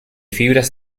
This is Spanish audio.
fibras